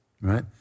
right